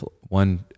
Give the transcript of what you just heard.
one